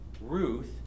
Ruth